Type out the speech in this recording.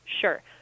sure